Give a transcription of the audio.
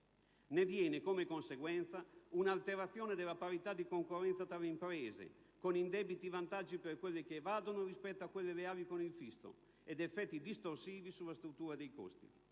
Ne vengono, come conseguenza, una alterazione nella parità di concorrenza tra le imprese, con indebiti vantaggi per quelle che evadono rispetto a quelle leali con il fisco, ed effetti distorsivi sulla struttura dei costi.